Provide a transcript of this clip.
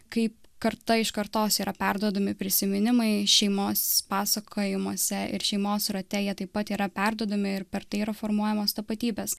kaip karta iš kartos yra perduodami prisiminimai šeimos pasakojimuose ir šeimos rate jie taip pat yra perduodami ir per tai yra formuojamos tapatybės